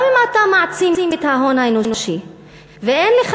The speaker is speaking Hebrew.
גם אם אתה מעצים את ההון האנושי ואין לך